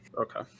Okay